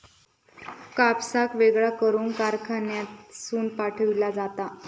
कापसाक वेगळा करून कारखान्यातसून पाठविला जाता